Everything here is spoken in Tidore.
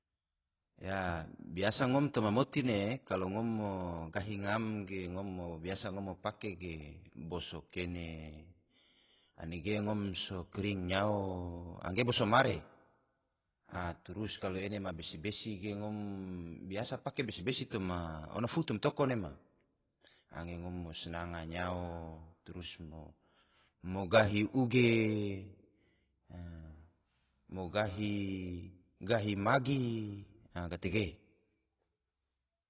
Ya biasa ngom toma moti ne, kalo ngom mo gahu ngam bge biasa ngone fo pake bosos kene, biasa ngone so kring nyao. angge boso mare, trus kalo ene ma besi-besi ge ngom biasa pake besi-besi toma ona fu toma toko ne ma. nege ngom sinanga nyao, trus mo gahi uge, mo gahi magi. a gatege.